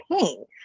pain